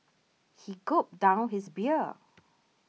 he gulped down his beer